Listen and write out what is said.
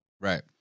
Right